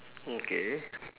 okay